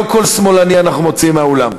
לא כל שמאלני אנחנו מוציאים מהאולם,